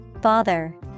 Bother